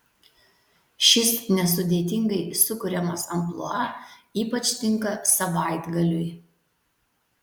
šis nesudėtingai sukuriamas amplua ypač tinka savaitgaliui